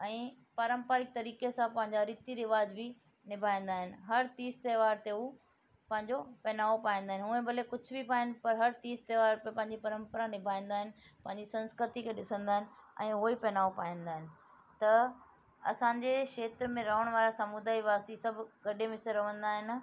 ऐं पारंपारिक तरीक़े सां पंहिंजा रीति रिवाज बि निभाईंदा आहिनि हर तीज त्योहार ते हू पंहिंजो पहनावो पाईंदा आहिनि हूंअं भले कुझु बि पाइन पर हर तीज त्योहार ते पंहिंजी परंपरा निभाईंदा आहिनि पंहिंजी संस्कृति खे ॾिसंदा आहिनि ऐं उहे ई पहनावो पाईंदा आहिनि त असांजे खेत्र में रहणु वारा समुदाय वासी सभु गॾु मिसे रहंदा आहिनि